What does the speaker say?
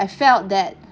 I felt that